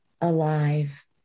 Alive